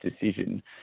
decision